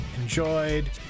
enjoyed